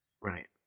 Right